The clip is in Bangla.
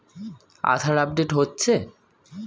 আধার আপডেট হচ্ছে?